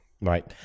Right